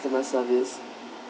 customer service